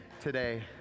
today